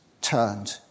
turned